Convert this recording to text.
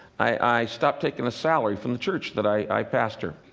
i stopped taking a salary from the church that i pastor.